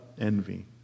envy